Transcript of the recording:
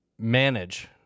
manage